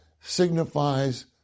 signifies